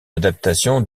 adaptation